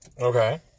Okay